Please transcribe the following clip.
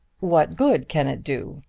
what good can it do?